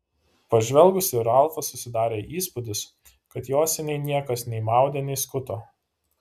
pažvelgus į ralfą susidarė įspūdis kad jo seniai niekas nei maudė nei skuto